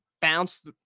bounce